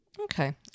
Okay